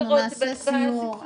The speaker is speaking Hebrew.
אנחנו נעשה סיור,